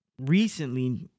recently